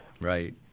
Right